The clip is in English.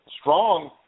Strong